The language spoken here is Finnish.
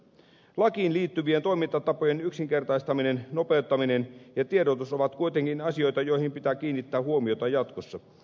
lakiin liittyvien toimintatapojen yksinkertaistaminen nopeuttaminen ja tiedotus ovat kuitenkin asioita joihin pitää kiinnittää huomiota jatkossa